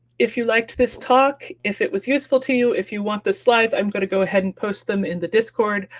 if you liked this talk, if it was useful to you, if you want the slides, i'm going to go ahead and post them in the discord,